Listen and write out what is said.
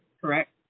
correct